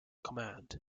command